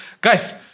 Guys